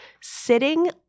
sitting